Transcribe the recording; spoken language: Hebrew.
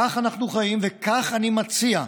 כך אנחנו חיים, ואני מציע,